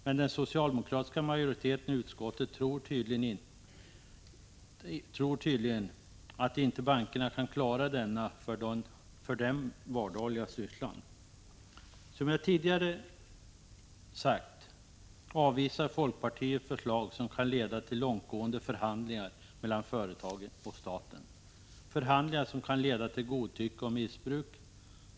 Men den socialdemokratiska majoriteten i utskottet tror tydligen inte att bankerna kan klara denna för dem vardagliga syssla. Som jag sade tidigare, avvisar folkpartiet förslag som kan leda till långtgående förhandlingar mellan företagen och staten, förhandlingar som kan leda till godtycke och missbruk.